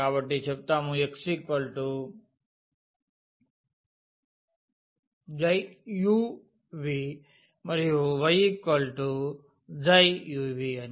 కాబట్టి చెప్తాము x u v మరియు y ψ u v అని